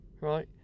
right